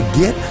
get